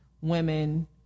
women